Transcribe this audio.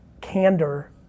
candor